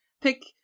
pick